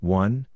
one